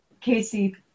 Casey